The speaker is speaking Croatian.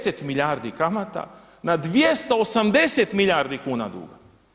10 milijardi kamata na 280 milijardi kuna duga.